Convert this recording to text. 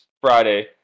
Friday